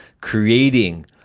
creating